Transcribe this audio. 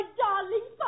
darling